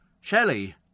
Shelley